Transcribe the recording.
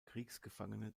kriegsgefangene